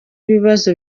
ibibazo